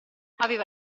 aveva